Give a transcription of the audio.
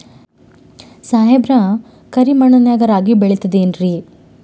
ಸಾಹೇಬ್ರ, ಕರಿ ಮಣ್ ನಾಗ ರಾಗಿ ಬೆಳಿತದೇನ್ರಿ?